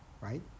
right